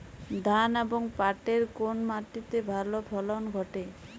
ধান এবং পাটের কোন মাটি তে ভালো ফলন ঘটে?